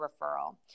referral